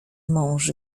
mąż